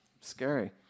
scary